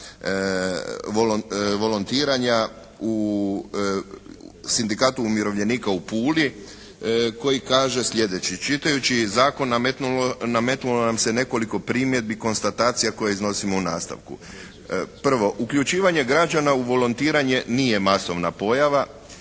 u Sindikatu umirovljenika u Puli koji kaže sljedeće: Čitajući iz Zakona nametnulo nam se nekoliko primjedbi, konstatacija koje iznosimo u nastavku: 1. Uključivanje građana u volontiranje nije masovna pojava.